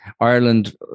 ireland